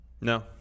No